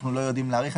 שלא יכולים להאריך,